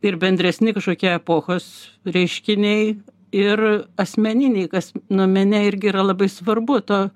ir bendresni kažkokie epochos reiškiniai ir asmeniniai kas nu mene irgi yra labai svarbu to